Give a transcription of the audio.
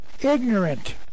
ignorant